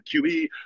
QE